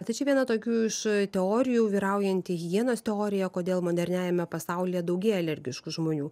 tai čia viena tokių iš teorijų vyraujanti higienos teorija kodėl moderniajame pasaulyje daugėja alergiškų žmonių